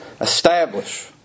Establish